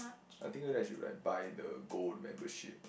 I didn't know that she will like buy the gold membership